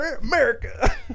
America